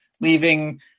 leaving